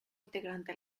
integrante